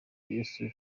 yeltsin